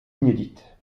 inédites